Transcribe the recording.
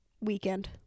weekend